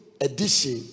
edition